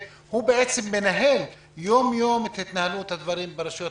והוא בעצם מנהל יום יום את ההתנהלות של הדברים ברשויות